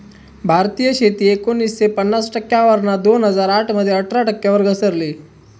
भारतीय शेती एकोणीसशे पन्नास टक्क्यांवरना दोन हजार आठ मध्ये अठरा टक्क्यांवर घसरली